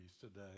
today